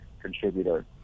contributor